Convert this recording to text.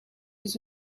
was